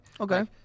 Okay